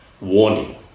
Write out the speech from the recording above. warning